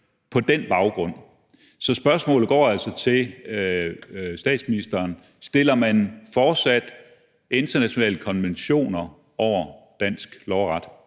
på den baggrund. Så spørgsmålet til statsministeren er: Stiller man fortsat internationale konventioner over dansk lov